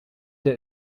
der